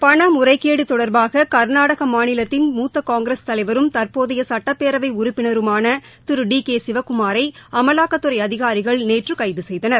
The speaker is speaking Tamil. பணமுறைகேடு தொடர்பாக கர்நாடக மாநிலத்தின் மூத்த காங்கிரஸ் தலைவரும் தற்போதைய சட்டப்பேரவை உறுப்பினருமான திரு சிவகுமாரை அமலாக்கத்துறை அதிகாரிகள் நேற்று கைது செய்தனர்